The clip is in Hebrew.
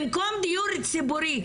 במקום דיור ציבורי,